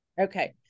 Okay